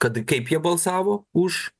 kad kaip jie balsavo už